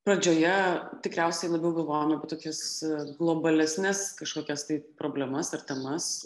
pradžioje tikriausiai labiau galvojom apie tokius globalesnes kažkokias tai problemas ar temas